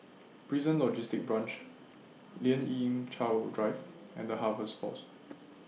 Prison Logistic Branch Lien Ying Chow Drive and The Harvest Force